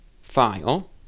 file